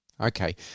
Okay